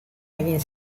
egin